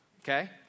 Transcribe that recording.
Okay